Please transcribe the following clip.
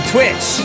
Twitch